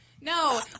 No